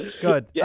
good